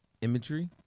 imagery